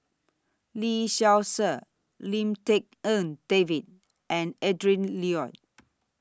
Lee Seow Ser Lim Tik En David and Adrin Loi